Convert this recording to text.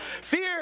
Fear